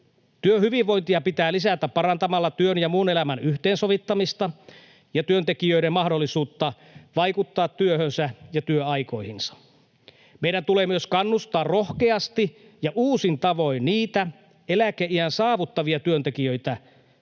Työhyvinvointia pitää lisätä parantamalla työn ja muun elämän yhteensovittamista ja työntekijöiden mahdollisuutta vaikuttaa työhönsä ja työaikoihinsa. Meidän tulee myös kannustaa rohkeasti ja uusin tavoin niitä eläkeiän saavuttavia työntekijöitä, jotka